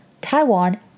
Taiwan